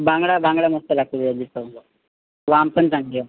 बांगडा बांगडा मस्त लागते याची चव सं वाम पण चांगली आहे